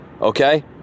okay